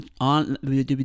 on